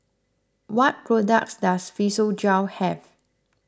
what products does Physiogel have